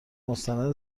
مستند